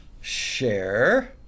Share